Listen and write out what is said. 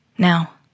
Now